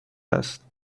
هست